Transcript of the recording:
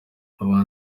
akaba